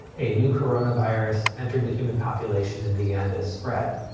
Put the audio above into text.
a new corona virus entered the human population and began to spread.